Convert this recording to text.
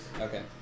Okay